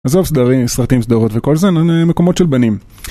עזוב, סדרים, סרטים, סדרות וכל זה, הם מקומות של בנים.